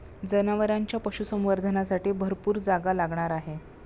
जनावरांच्या पशुसंवर्धनासाठी भरपूर जागा लागणार आहे